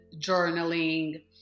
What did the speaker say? journaling